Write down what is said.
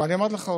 ואני אמרתי לך,